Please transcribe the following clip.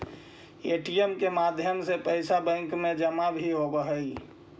ATM के माध्यम से पैइसा बैंक में जमा भी होवऽ हइ